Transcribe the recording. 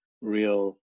real